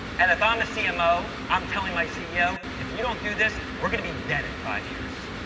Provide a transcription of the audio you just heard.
and if i'm a cmo, i'm telling my ceo, if you don't do this, we're going to be dead in five years.